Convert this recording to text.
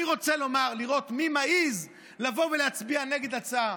אני רוצה לראות מי מעז לבוא ולהצביע נגד ההצעה.